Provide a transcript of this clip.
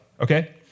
okay